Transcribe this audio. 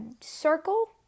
circle